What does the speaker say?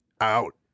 out